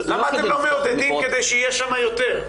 למה אתם לא מעודדים כדי שיהיה שם יותר?